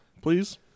Please